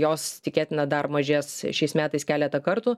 jos tikėtina dar mažės šiais metais keletą kartų